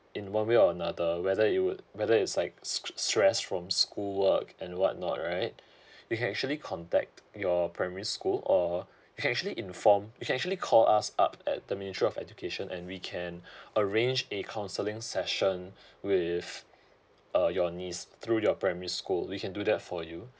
in one way or another whether you would whether is like stress from school work and what not right you can actually contact your primary school or you can actually inform you can actually call us up at the ministry of education and we can arrange a counseling session with uh your niece through your primary school we can do that for you